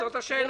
זאת השאלה.